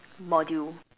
module